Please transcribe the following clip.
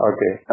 Okay